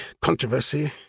controversy